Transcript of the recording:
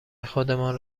خودمان